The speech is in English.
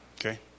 okay